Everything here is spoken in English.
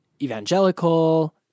evangelical